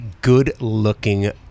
good-looking